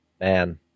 man